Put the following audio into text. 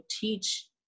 teach